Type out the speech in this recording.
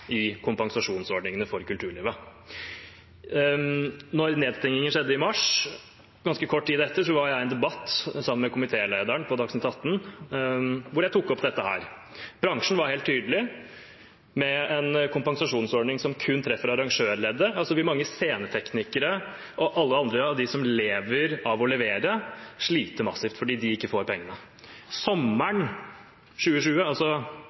i kompensasjonsordningene for kulturlivet. Da nedstengingen skjedde i mars, var jeg ganske kort tid etter i en debatt sammen med komitélederen på Dagsnytt 18, hvor jeg tok opp dette. Bransjen var helt tydelig på at med en kompensasjonsordning som kun treffer arrangørleddet, vil mange sceneteknikere og alle andre som lever av å levere, slite massivt fordi de ikke får pengene. Sommeren 2020, altså